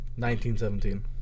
1917